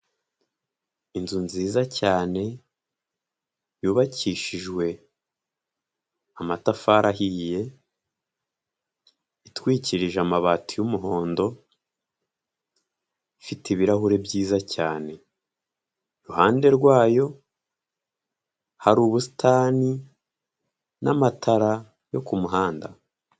Inzu nziza cyane yubakishijwe amatafari ahiye, itwikirije amabati y'umuhondo, ifite ibirahuri byiza cyane, iruhande rwayo hari ubusitani n'amatara yo kumuhanda.